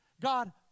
God